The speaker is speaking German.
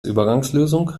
übergangslösung